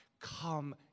come